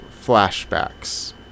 flashbacks